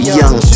young